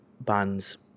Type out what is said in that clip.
Bands